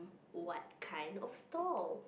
what kind of stall